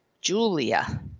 Julia